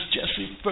Jesse